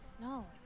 No